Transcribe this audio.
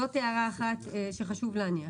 זאת הערה אחת שחשוב להעיר אותה.